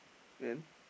and